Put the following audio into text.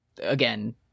Again